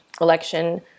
election